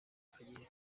ukagira